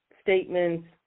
statements